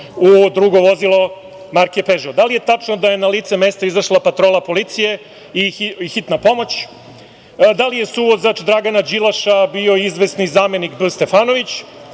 u drugo vozili marke „pežo“? Da li je tačno da je na lice mesta izašla patrola policije i hitna pomoć? Da li je suvozač Dragana Đilasa bio izvesni zamenik B. Stefanović?